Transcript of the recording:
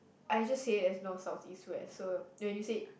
I just say it as North South East West so when you say